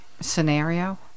scenario